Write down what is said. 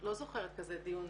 לא זוכרת כזה דיון